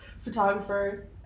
photographer